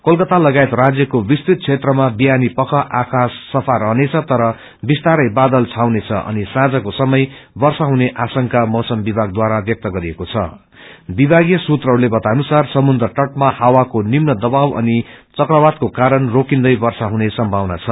कोलातिा लगायत राज्यको विस्तृत क्षेत्रमा बिहानी पख आाक्रश सफ्रारहनेछ तर विस्तारै बादल डाउनेछ अनि साँक्रो समय वर्षाहुने आशंका मैसम विभागद्वारा व्यक्त गरिएको छविभगीय सूत्रहरुले बताए अनुसार समुन्द्र तअमा झवाको निम्न दवाउ अनि चक्रवातको क्वरण रोकिन्दै वर्षा हुने सम्भावना छ